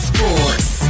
Sports